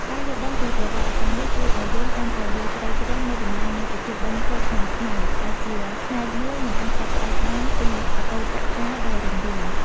ការយល់ដឹងពីប្រវត្តិសាស្រ្តនេះ ជួយឲ្យយើងកាន់តែយល់ជ្រៅជ្រះនូវតម្លៃនៃពិធីបុណ្យចូលឆ្នាំខ្មែរ ដែលជាផ្នែកមួយមិនអាចកាត់ផ្ដាច់បានពីអតីតកាលដ៏រុងរឿង។